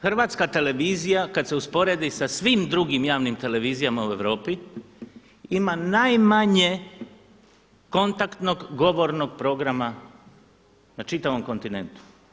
Hrvatska televizija kad se usporedi sa svim drugim javnim televizijama u Europi ima najmanje kontaktnog govornog programa na čitavom kontinentu.